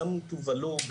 גם טובלו,